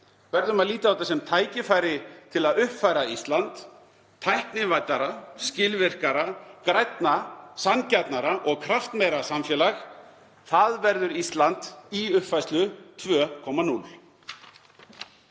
verðum að líta á þetta sem tækifæri til að uppfæra Ísland. Tæknivæddara, skilvirkara, grænna, sanngjarnara og kraftmeira samfélag. Það verður Ísland í uppfærslu 2.0.